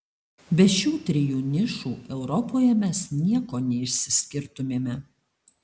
be šių trijų nišų europoje mes nieko neišsiskirtumėme